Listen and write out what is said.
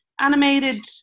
animated